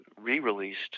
re-released